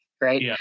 Right